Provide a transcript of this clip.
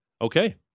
Okay